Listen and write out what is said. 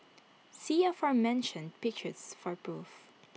see aforementioned pictures for proof